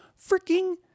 freaking